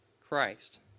Christ